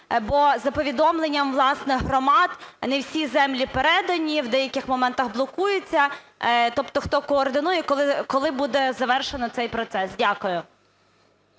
Бо за повідомленням, власне, громад не всі землі передані, в деяких моментах блокується. Тобто хто координує, коли буде завершено цей процес? Дякую.